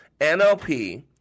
NLP